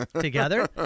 together